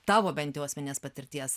tavo bent jau asmeninės patirties